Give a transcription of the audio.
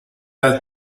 las